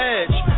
edge